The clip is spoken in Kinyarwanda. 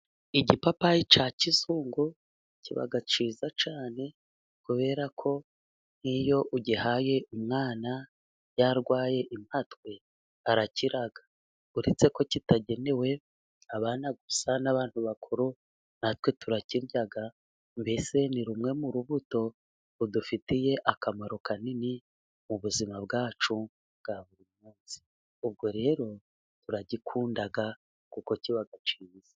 Igipapayi cya kizungu kiba cyiza cyane kubera ko nk'iyo ugihaye umwana yarwaye impatwe arakira, uretse ko kitagenewe abana gusa n'abantu bakuru natwe turakirya. Mbese ni rumwe mu rubuto rudufitiye akamaro kanini mu buzima bwacu bwa buri munsi. Ubwo rero turagikunda kuko kiba cyiza.